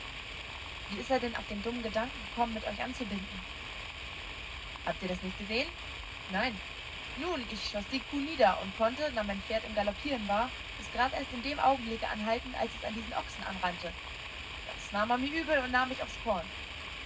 wie ist er denn auf den dummen gedanken gekommen mit euch anzubinden habt ihr das nicht gesehen nein nun ich schoß die kuh nieder und konnte da mein pferd im galoppieren war es grad erst in dem augenblick anhalten als es an diesen ochsen anrannte das nahm er übel und nahm mich aufs korn